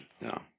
No